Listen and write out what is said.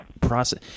process